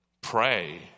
pray